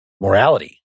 morality